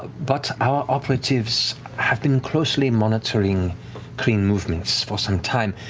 but our operatives have been closely monitoring kryn movements for some time,